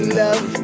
love